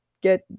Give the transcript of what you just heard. get